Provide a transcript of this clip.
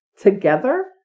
together